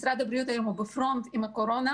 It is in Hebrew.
משרד הבריאות היום הוא בפרונט עם הקורונה.